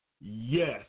Yes